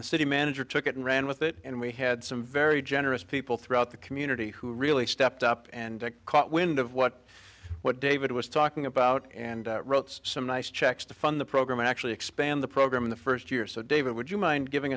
the city manager took it and ran with it and we had some very generous people throughout the community who really stepped up and caught wind of what what david was talking about and wrote some nice checks to fund the program actually expand the program in the first year so david would you mind giving